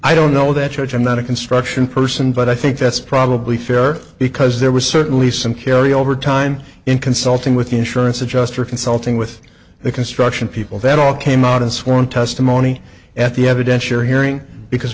i don't know that church i'm not a construction person but i think that's probably fair because there was certainly some carry over time in consulting with the insurance adjuster consulting with the construction people that all came out in sworn testimony at the evidentiary hearing because